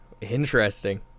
interesting